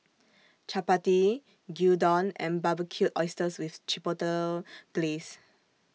Chapati Gyudon and Barbecued Oysters with Chipotle Glaze